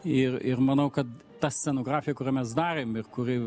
ir ir manau kad ta scenografija kurią mes darėm ir kuri